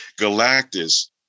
Galactus